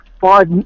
Five